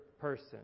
person